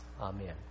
Amen